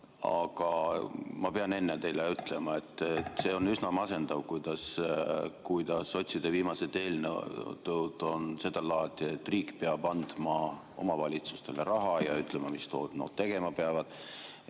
Aga ma pean enne teile ütlema, et see on üsna masendav, et sotside viimased eelnõud on sedalaadi, et riik peab andma omavalitsustele raha ja ütlema, mis nad tegema peavad,